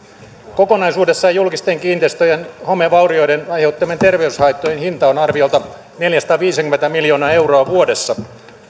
kokonaisuudessaan julkisten kiinteistöjen homevaurioiden aiheuttamien terveyshaittojen hinta on arviolta neljäsataaviisikymmentä miljoonaa euroa vuodessa